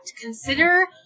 consider